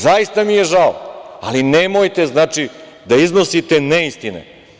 Zaista mi je žao, ali nemojte, znači, da iznosite neistine.